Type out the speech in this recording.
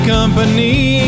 Company